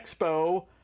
expo